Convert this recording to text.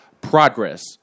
progress